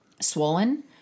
swollen